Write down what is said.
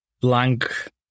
blank